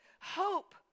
hope